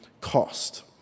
cost